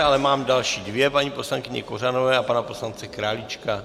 Ale mám další dvě, paní poslankyně Kořanové a pana poslance Králíčka.